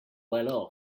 well